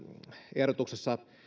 ehdotuksessa